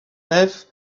nefs